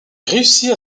réussit